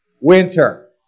winter